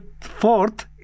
fourth